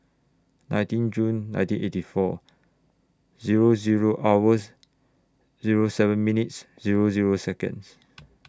nineteen June nineteen eighty four Zero Zero hours Zero seven minutes Zero Zero Seconds